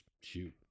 Shoot